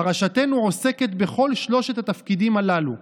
פרשתנו עוסקת בכל שלושת התפקידים הללו,